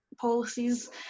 policies